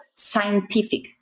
Scientific